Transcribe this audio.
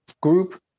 group